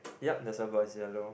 yup there's a bird it's yellow